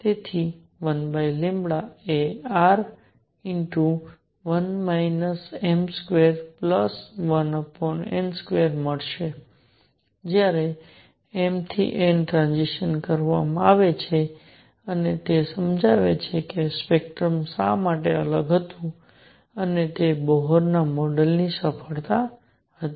તેથી 1 એ R 1m21n2 મળશે જ્યારે m થી n ટ્રાન્ઝિશન કરવામાં આવે છે અને તે સમજાવે છે કે સ્પેક્ટ્રમ શા માટે અલગ હતું અને તે બોહર મોડેલની સફળતા હતી